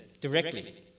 directly